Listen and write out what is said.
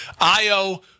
Io